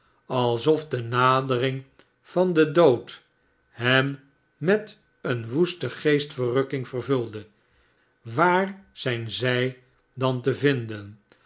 alsof de nadering van den dood hem suet eene woeste geestverrukking vervulde waar zijn zij dan te vinden